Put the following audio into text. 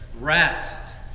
Rest